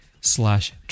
slash